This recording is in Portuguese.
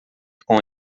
com